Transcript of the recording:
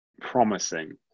promising